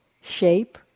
shape